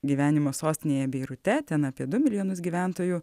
gyvenimą sostinėje beirute ten apie du milijonus gyventojų